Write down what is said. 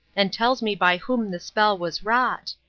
and tells me by whom the spell was wrought.